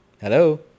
Hello